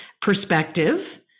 perspective